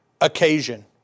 occasion